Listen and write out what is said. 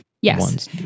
yes